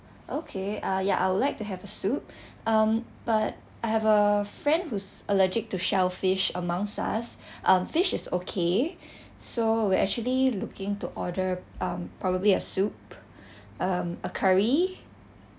okay ah ya I would like to have a soup um but I have a friend who's allergic to shellfish amongst us um fish is okay so we're actually looking to order um probably a soup um a curry